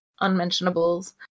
unmentionables